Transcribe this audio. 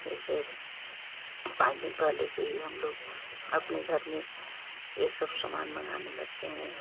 जैसे पाँच दिन पहले से ही हम लोग अपने घर में ये सब समान मंगाने लगते हैं